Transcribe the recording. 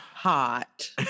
hot